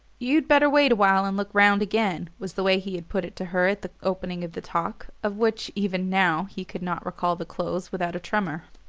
you'd better wait awhile and look round again, was the way he had put it to her at the opening of the talk of which, even now, he could not recall the close without a tremor.